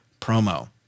promo